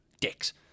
Dicks